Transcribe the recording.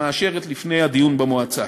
שמאשרת לפני הדיון במועצה.